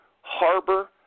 harbor